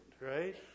right